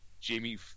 Jamie